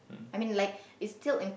I mean like is still im~